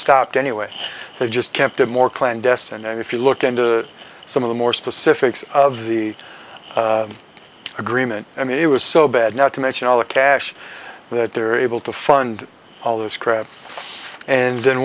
stopped anyway they just kept it more clandestine and if you look into some of the more specifics of the agreement i mean it was so bad not to mention all the cash that they were able to fund all this crap and then